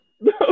No